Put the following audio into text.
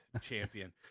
champion